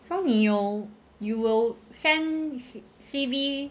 so 你有 you will send C_V